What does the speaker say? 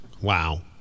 Wow